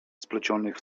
splecionych